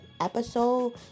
episode